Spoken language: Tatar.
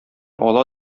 ала